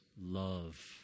love